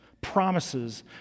promises